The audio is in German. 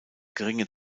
geringe